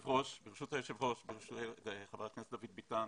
ברשות היושב ראש חבר הכנסת דוד ביטן,